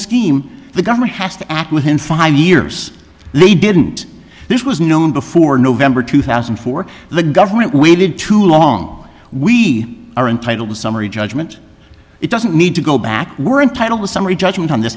scheme the government has to act within five years late didn't this was known before november two thousand and four the government waited too long we are entitled to summary judgment it doesn't need to go back we're entitled to summary judgment on